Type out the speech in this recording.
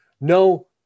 No